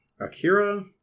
akira